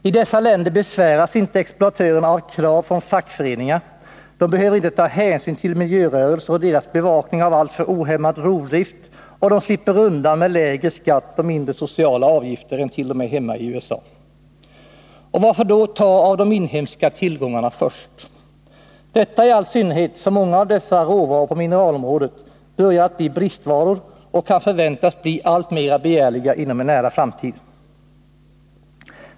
I dessa länder besväras inte exploatörerna av krav från fackföreningar, de behöver inte ta hänsyn till miljörörelser och deras bevakning av alltför ohämmad rovdrift, och de slipper undan med lägre skatt och t.o.m. lägre sociala avgifter än hemma i USA. Och varför då ta av de inhemska tillgångarna först? Detta i all synnerhet som många av råvarorna på mineralområdet börjar att bli bristvaror och kan förväntas bli alltmer begärliga inom en nära framtid.